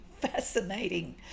fascinating